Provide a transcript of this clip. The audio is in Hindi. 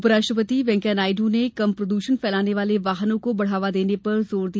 उपराष्ट्रपति वैंकैया नायडू ने कम प्रदूषण फैलाने वाले वाहनो को बढ़ावा देने पर जोर दिया